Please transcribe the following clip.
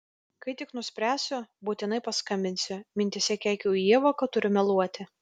kai tik nuspręsiu būtinai paskambinsiu mintyse keikiau ievą kad turiu meluoti